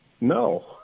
no